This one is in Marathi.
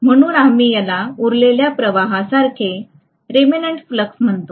म्हणून आम्ही याला उरलेल्या प्रवाहासारखे म्हणतो